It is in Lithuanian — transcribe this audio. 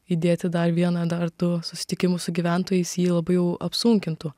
įdėti dar vieną dar du susitikimus su gyventojais jį labai jau apsunkintų